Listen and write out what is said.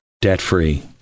debt-free